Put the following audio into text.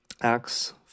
Acts